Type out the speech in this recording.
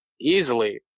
easily